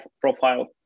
profile